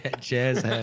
jazz